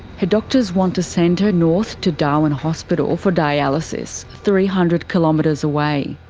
her doctors want to send her north to darwin hospital for dialysis, three hundred kilometres away.